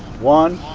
one.